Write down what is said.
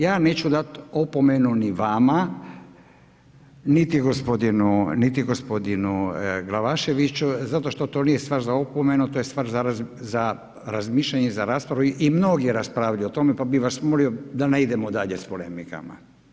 Ja neću dati opomenu ni vama, niti gospodinu Glavaševiću zato što to nije stvar za opomenu, to je stvar za razmišljanje za raspravu i mnogi raspravljaju o tome pa bih vas molio da ne idemo dalje s polemikama.